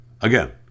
Again